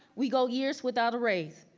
we go years without a raise.